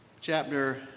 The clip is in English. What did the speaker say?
chapter